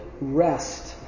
rest